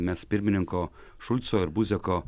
mes pirmininko šulco ir buzeko